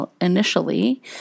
initially